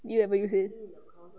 did you ever use it